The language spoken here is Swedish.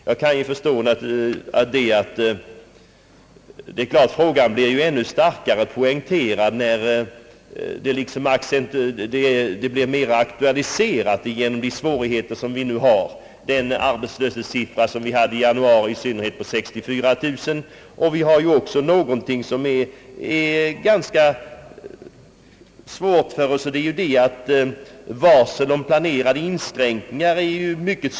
Det är klart att frågan blir starkare poängterad, när den aktualiseras mer genom de svårigheter vi för närvarande har med bl.a. en arbetslöshetssiffra i januari i år på 64 000. Någonting som också är svårt för oss är de många varslen om planerade inskränkningar som förekommit.